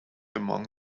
among